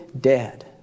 dead